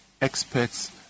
experts